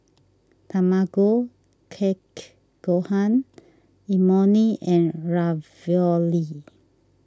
Tamago Kake Gohan Imoni and Ravioli